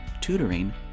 tutoring